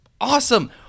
awesome